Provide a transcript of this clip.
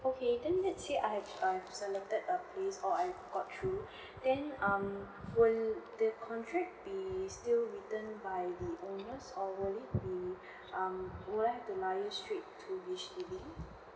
okay then let's say I have um selected a place or I got through then um will the contract be still returned by the owners or will it be um will I have to to H_D_B